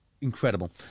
Incredible